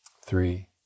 three